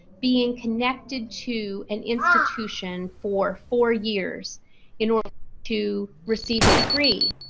being connected to an institution for four years in order to receive a degree.